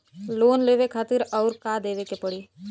Loan लेवे खातिर अउर का देवे के पड़ी?